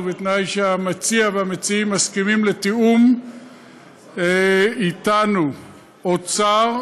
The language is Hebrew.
ובתנאי שהמציע והמציעים מסכימים לתיאום אתנו ועם האוצר,